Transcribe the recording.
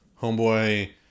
homeboy